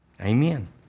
Amen